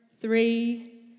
three